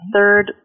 Third